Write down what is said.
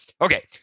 Okay